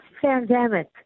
pandemic